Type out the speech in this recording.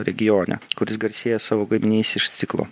regione kuris garsėja savo gaminiais iš stiklo